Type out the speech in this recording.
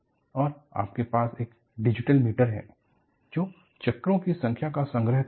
और आपके पास एक डिजिटल मीटर है जो चक्रों की संख्या का संग्रह करता है